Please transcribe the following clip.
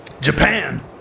Japan